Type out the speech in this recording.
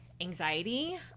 anxiety